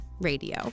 radio